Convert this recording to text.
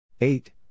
eight